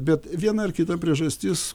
bet viena ar kita priežastis